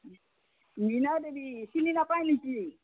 মীনা দেৱী চিনি নাপাই নেকি